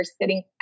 sitting